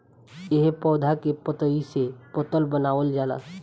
ए पौधा के पतइ से पतल बनावल जाला